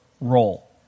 role